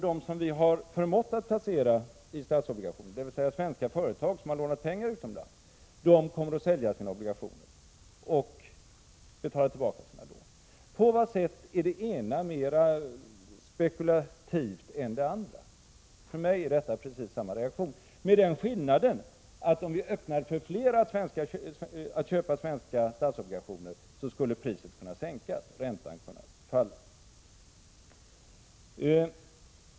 De som vi förmått att placera i statsobligationer, dvs. svenska företag som har lånat pengar utomlands, kommer att sälja sina obligationer och betala tillbaka sina lån. På vad sätt är det ena mera spekulativt än det andra? För mig är reaktionen precis densamma, med den skillnaden att om vi öppnar för fler att köpa svenska statsobligationer, skulle priset kunna sänkas och räntan kunna falla.